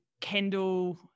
Kendall